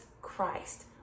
Christ